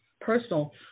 personal